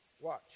Watch